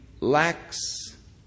lacks